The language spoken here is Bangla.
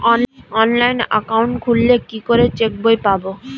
অনলাইন একাউন্ট খুললে কি করে চেক বই পাব?